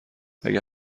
اگر